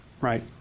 right